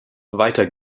weiter